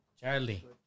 Charlie